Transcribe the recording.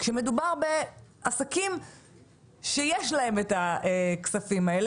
כשמדובר בעסקים שיש להם את הכספים האלה.